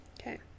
Okay